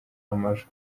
amajwi